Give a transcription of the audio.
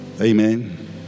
Amen